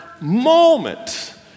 moment